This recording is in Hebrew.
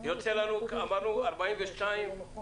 אני דיברתי על סמך נתונים